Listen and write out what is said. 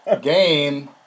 game